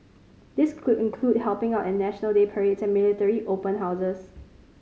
this could include helping out at National Day parades and military open houses